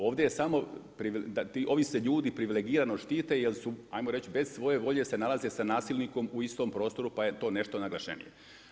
Ovdje je samo, ovi se ljudi privilegirano štite jer su 'ajmo reći bez svoje volje se nalaze sa nasilnikom u istom prostoru pa je to nešto naglašenije.